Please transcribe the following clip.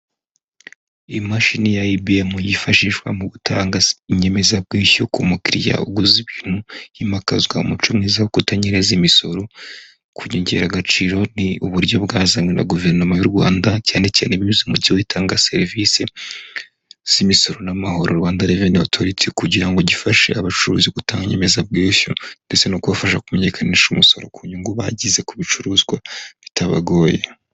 Imashini ya EBM yifashishwa mu gutanga inyemezabwishyu ku mukiriya uguze ibintu himakazwa umuco mwiza wo kutanyereza imisoro kuyongeragaciro ni uburyo bwazani na guverinoma y'u rwanda cyane cyane binyuze mu gihe itanga serivisi z'imisoro n'amahoro rwanda revenuritse kugira ngo gifashe abacuruzi gutangayemezabwishyu ndetse no kubafasha kumenyekanisha umusoro ku nyungu bagize ku bicuruzwa bitabagoye.